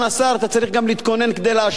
אתה צריך גם להתכונן כדי להשיב לי,